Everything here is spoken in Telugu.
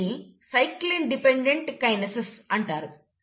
దీనిని సైక్లిన్ డిపెండెంట్ కైనెసిస్ అంటారు